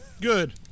Good